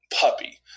puppy